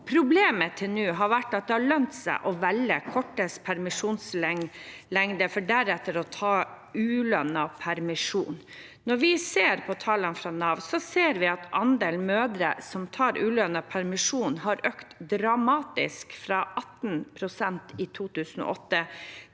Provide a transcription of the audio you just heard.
Problemet til nå har vært at det har lønnet seg å velge kortest permisjonslengde for deretter å ta ulønnet permisjon. Tallene fra Nav viser at andelen mødre som tar ulønnet permisjon, har økt dramatisk, fra 18 pst. i 2008